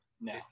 No